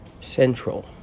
central